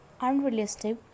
unrealistic